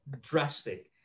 Drastic